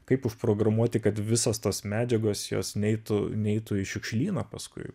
kaip užprogramuoti kad visos tos medžiagos jos neitų neitų į šiukšlyną paskui